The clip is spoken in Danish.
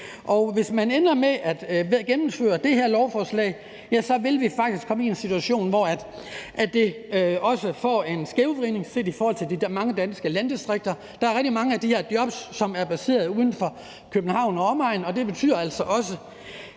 Hvis man ender med at gennemføre det her lovforslag, vil vi faktisk komme i den situation, at der bliver en skævvridning i forhold til de mange danske landdistrikter. Der er rigtig mange af de her jobs, som er placeret uden for København og omegn, og det betyder altså også,